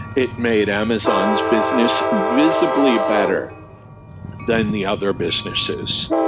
it made amazon's business visibly better than the other businesses.